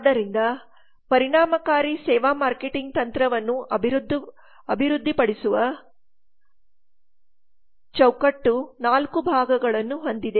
ಆದ್ದರಿಂದ ಪರಿಣಾಮಕಾರಿ ಸೇವಾ ಮಾರ್ಕೆಟಿಂಗ್ ತಂತ್ರವನ್ನು ಅಭಿವೃದ್ಧಿಪಡಿಸುವ ಚೌಕಟ್ಟು 4 ಭಾಗಗಳನ್ನು ಹೊಂದಿದೆ